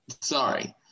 Sorry